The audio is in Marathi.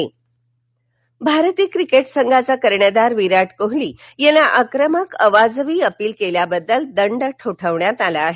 कोहली भारतीय क्रिकेट संघाचा कर्णधार विराट कोहली याला आक्रमक अवाजवी अपील केल्याबद्दल दंड ठोठावण्यात आला आहे